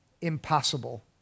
impossible